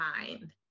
mind